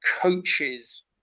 coaches